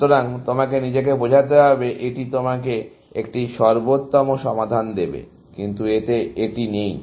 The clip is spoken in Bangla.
সুতরাং তোমাকে নিজেকে বোঝাতে হবে যে এটি তোমাকে একটি সর্বোত্তম সমাধান দেবে কিন্তু এতে এটি নেই